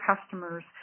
customers